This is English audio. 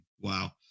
Wow